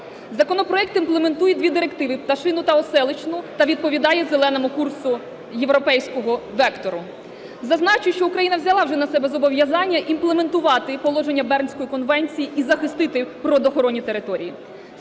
Законопроект імплементує дві директиви – Пташину та Оселищну та відповідає зеленому курсу європейського вектору. Зазначу, що Україна взяла вже на себе зобов'язання імплементувати положення Бернської конвенції і захистити природоохоронні території.